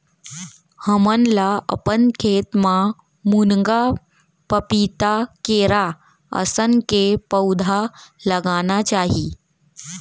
हमन ल अपन खेत म मुनगा, पपीता, केरा असन के पउधा लगाना चाही